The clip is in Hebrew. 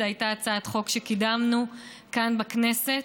זו הייתה הצעת חוק שקידמנו כאן בכנסת.